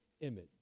image